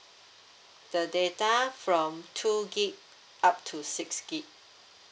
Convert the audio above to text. the data from two gig up to six gig